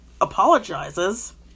apologizes